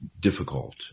difficult